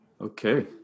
Okay